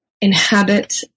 inhabit